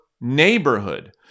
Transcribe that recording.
neighborhood